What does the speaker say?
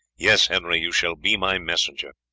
yes, henry, you shall be my messenger.